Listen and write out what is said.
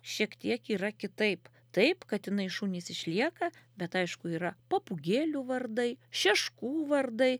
šiek tiek yra kitaip taip katinai šunys išlieka bet aišku yra papūgėlių vardai šeškų vardai